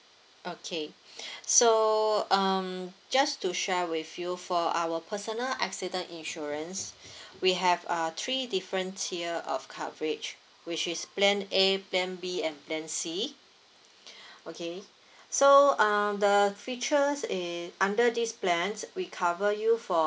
okay so um just to share with you for our personal accident insurance we have err three different tier of coverage which is plan A plan B and plan C okay so um the features in under these plans we cover you for